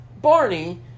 Barney